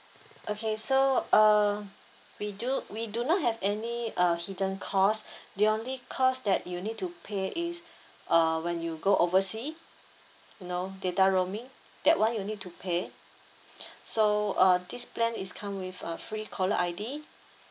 okay so uh we do we do not have any uh hidden cost the only cost that you need to pay is uh when you go oversea you know data roaming that [one] you need to pay so uh this plan is come with uh free caller I_D